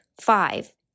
Five